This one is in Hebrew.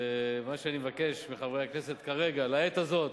מה שאני מבקש מחברי הכנסת, כרגע, לעת הזאת,